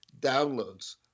downloads